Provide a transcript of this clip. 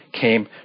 came